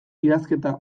idazketa